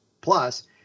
plus